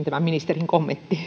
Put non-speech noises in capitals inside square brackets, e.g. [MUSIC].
[UNINTELLIGIBLE] tämä ministerin kommentti [UNINTELLIGIBLE]